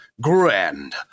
Grand